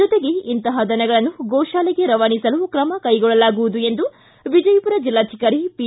ಜೊತೆಗೆ ಇಂತಹ ದನಗಳನ್ನು ಗೋ ಶಾಲೆಗೆ ರವಾನಿಸಲು ತ್ರಮ ಕೈಗೊಳ್ಳಲಾಗುವುದು ಎಂದು ವಿಜಯಪುರ ಜಿಲ್ಲಾಧಿಕಾರಿ ಪಿ